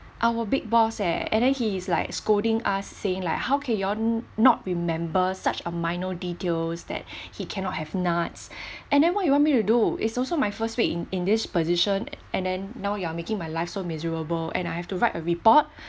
our big boss eh then he is like scolding us saying like how can you all not remember such a minor details that he cannot have nuts and then why you want me to do is also my first week in in this position and then now you are making my life so miserable and I have to write a report